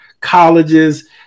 colleges